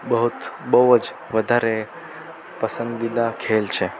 બહુત બહુ જ વધારે પસંદીદા ખેલ છે